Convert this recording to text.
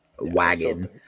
wagon